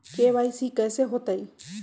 KYC कैसे होतई?